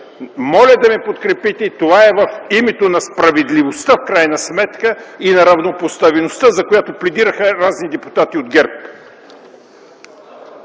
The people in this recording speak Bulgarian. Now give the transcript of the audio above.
Моля да ме подкрепите! Това е в името на справедливостта и на равнопоставеността, за която пледираха разни депутати от ГЕРБ.